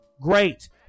Great